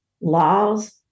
laws